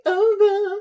over